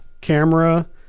camera